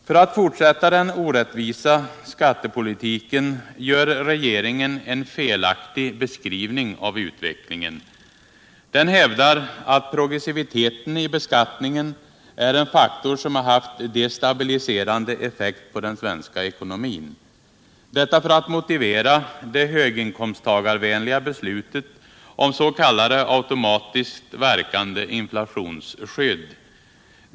För att fortsätta den orättvisa skattepolitiken gör regeringen en felaktig beskrivning av utvecklingen. Den hävdar att progressiviteten i beskattningen är en faktor som haft destabiliserande effekt på den svenska ekonomin. Detta för att motivera det höginkomsttagarväntiga beslutet om s.k. automatiskt verkande inflationsskydd.